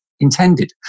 Intended